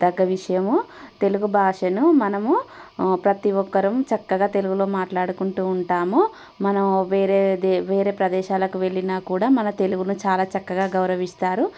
దగ్గ విషయము తెలుగు భాషను మనము ప్రతి ఒక్కరం చక్కగా తెలుగులో మాట్లాడుకుంటూ ఉంటాము మనం వేరేే వేరే ప్రదేశాలకు వెళ్ళినా కూడా మన తెలుగును చాలా చక్కగా గౌరవిస్తారు